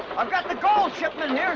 i've got the gold shipment